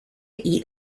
eat